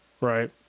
right